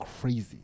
crazy